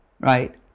right